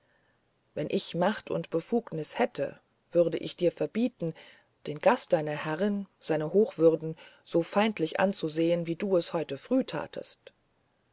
wenn ich macht und befugnis hätte würde ich dir verbieten den gast deiner herrin seine hochwürden so feindlich anzusehen wie du es heute früh tatest